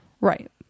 Right